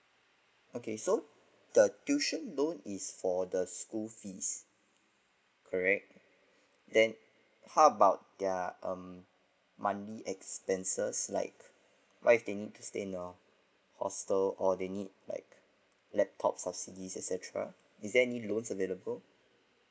okay so the tuition loan is for the school fees correct then how about their um monthly expenses like what if they need to stay in a hostel or they need like laptops or C D et cetera is there any loans available